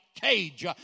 cage